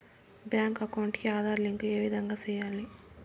Bank account కి Aadhaar link ఏ విధంగా సెయ్యాలి?